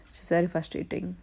so frustrating